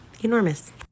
enormous